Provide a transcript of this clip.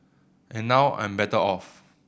and now I'm better off